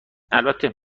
البته